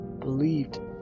believed